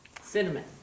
Cinnamon